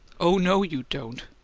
oh, no, you don't!